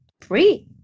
free